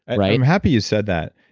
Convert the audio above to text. right? i'm happy you said that.